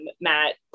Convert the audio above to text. Matt